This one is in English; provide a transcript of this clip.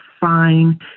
fine